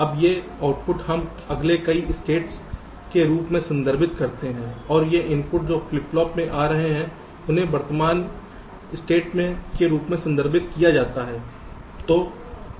अब ये आउटपुट हम अगले राज्य के रूप में संदर्भित करते हैं और ये इनपुट जो फ्लिप फ्लॉप से आ रहे हैं उन्हें वर्तमान स्थिति के रूप में संदर्भित किया जाता है